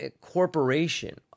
corporation